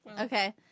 Okay